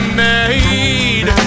made